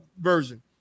version